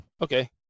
Okay